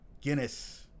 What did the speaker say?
Guinness